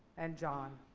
and john.